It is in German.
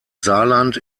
saarland